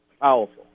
Powerful